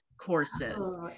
courses